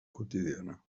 quotidiana